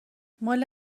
ماله